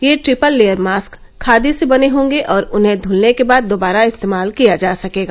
ये triple layer mask khadi से बने होंगे और उन्हें ध्लने के बाद दोबारा इस्तेमाल किया जा सकेगा